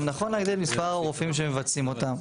נכון להגדיל את מספר הרופאים שמבצעים אותם.